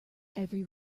every